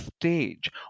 stage